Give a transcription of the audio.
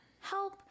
help